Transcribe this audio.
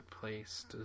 place